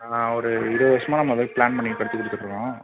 ஆ ஒரு இருபது வருஷமாக நம்ம இந்த மாதிரி ப்ளேன் பண்ணி கட்டிக் கொடுத்துட்ருக்கோம்